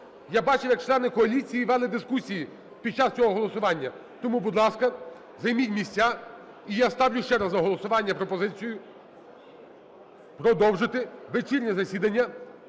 Я бавив, як члени коаліції вели дискусії під час цього голосування. Тому, будь ласка, займіть місця. І я ставлю ще раз на голосування пропозицію продовжити вечірнє засідання